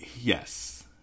Yes